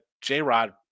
J-Rod